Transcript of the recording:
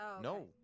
No